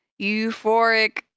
euphoric